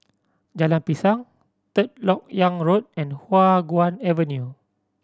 Jalan Pisang Third Lok Yang Road and Hua Guan Avenue